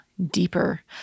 Deeper